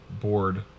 board